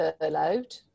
furloughed